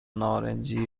نارنجی